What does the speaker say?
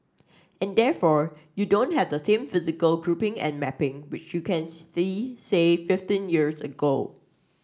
and therefore you don't have the same physical grouping and mapping which you can see say fifteen years ago